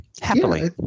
Happily